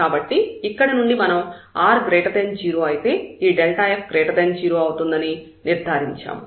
కాబట్టి ఇక్కడ నుండి మనం r0 అయితే ఈ f0 అవుతుందని నిర్ధారించాము